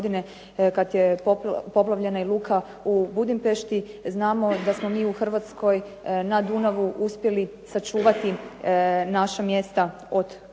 kad je poplavljena i luka u Budimpešti. Znamo da smo mi u Hrvatskoj na Dunavu uspjeli sačuvati naša mjesta od poplava,